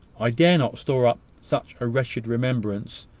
i dare not store up such a wretched remembrance,